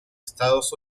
estados